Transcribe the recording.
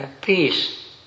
peace